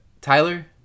Tyler